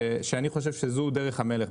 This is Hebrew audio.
שאני חושב שזו דרך המלך.